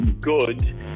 good